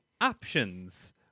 options